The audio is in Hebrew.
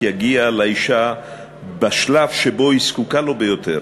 יגיע לאישה בשלב שבו היא זקוקה לו ביותר,